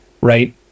right